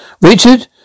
Richard